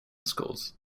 schools